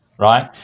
Right